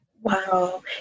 Wow